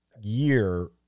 year